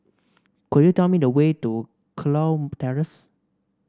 could you tell me the way to Kurau Terrace